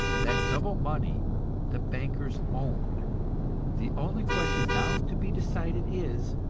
that double money the bankers own the only question now to be decided is,